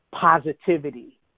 positivity